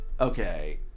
Okay